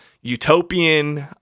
utopian